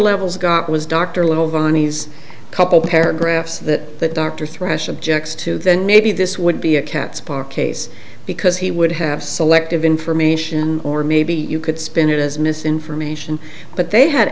levels got was dr little dani's couple paragraphs that the doctor thresh objects to then maybe this would be a cat spark case because he would have selective information or maybe you could spin it as misinformation but they had